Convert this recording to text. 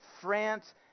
France